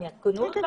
הם יעדכנו אותנו?